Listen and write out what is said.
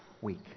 week